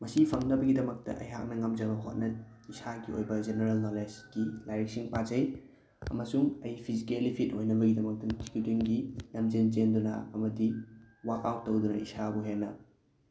ꯃꯁꯤ ꯐꯪꯅꯕꯒꯤꯗꯃꯛꯇ ꯑꯩꯍꯥꯛꯅ ꯉꯝꯖꯕ ꯍꯣꯠꯅ ꯏꯁꯥꯒꯤ ꯑꯣꯏꯕ ꯖꯦꯅꯦꯔꯦꯜ ꯅꯣꯂꯦꯖꯀꯤ ꯂꯥꯏꯔꯤꯛꯁꯤꯡ ꯄꯥꯖꯩ ꯑꯃꯁꯨꯡ ꯑꯩ ꯐꯤꯖꯤꯀꯦꯂꯤ ꯐꯤꯠ ꯑꯣꯏꯅꯕꯒꯤꯗꯃꯛꯇ ꯅꯨꯃꯤꯠꯈꯨꯗꯤꯡꯒꯤ ꯂꯝꯖꯦꯟ ꯆꯦꯟꯗꯨꯅ ꯑꯃꯗꯤ ꯋꯥꯛ ꯑꯥꯎꯠ ꯇꯧꯗꯅ ꯏꯁꯥꯕꯨ ꯍꯦꯟꯅ